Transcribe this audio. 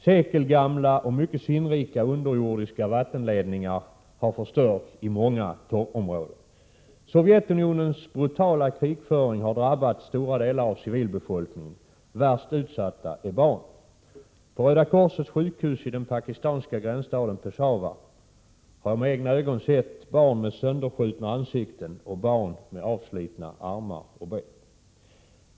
Sekelgamla och mycket sinnrika underjordiska vattenledningar har förstörts i många torrområden. Sovjetunionens brutala krigföring har drabbat stora delar av civilbefolkningen. Värst utsatta är barnen. På Röda korsets sjukhus i den pakistanska gränsstaden Peshawar har jag med egna ögon sett barn med sönderskjutna ansikten och barn med avslitna armar och ben.